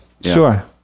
Sure